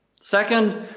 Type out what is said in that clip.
Second